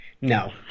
No